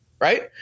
right